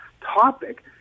topic